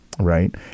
Right